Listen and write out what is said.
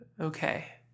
Okay